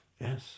Yes